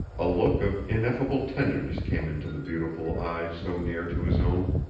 a look of ineffable tenderness came into the beautiful eyes so near to his own.